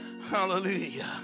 Hallelujah